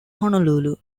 honolulu